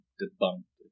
debunked